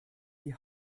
die